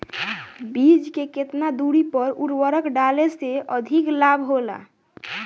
बीज के केतना दूरी पर उर्वरक डाले से अधिक लाभ होला?